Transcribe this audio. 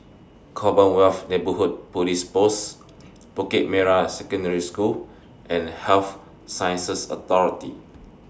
Commonwealth Neighbourhood Police Post Bukit Merah Secondary School and Health Sciences Authority